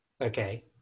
Okay